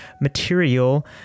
material